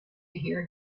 hear